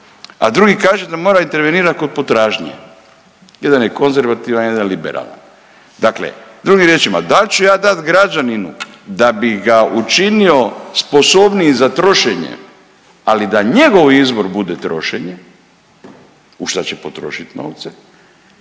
a drugi kaže da mora intervenirati kod potražnje. Jedan je konzervativan, jedan liberalan. Dakle, drugim riječima da li ću ja dati građaninu da bih ga učinio sposobnijim za trošenje, ali da njegov izbor bude trošenje u šta će potrošit novce